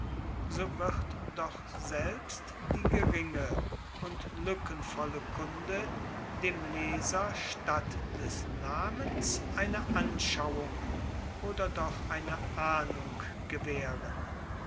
so wird doch selbst die geringe und lueckenvolle kunde dem leser statt des namens eine anschauung oder doch eine ahnung gewaehren